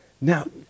Now